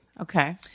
Okay